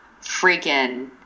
freaking